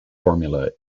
formula